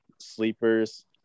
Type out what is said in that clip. sleepers –